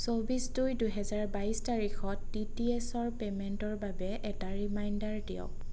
চৌব্বিছ দুই দুহেজাৰ বাইছ তাৰিখত ডি টি এইচৰ পে'মেণ্টৰ বাবে এটা ৰিমাইণ্ডাৰ দিয়ক